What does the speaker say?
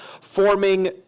forming